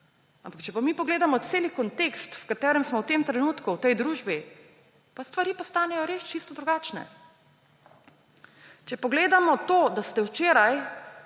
Ampak če mi pogledamo cel kontekst, v katerem smo v tem trenutku v tej družbi, stvari postanejo res čisto drugačne. Če pogledamo to, da ste včeraj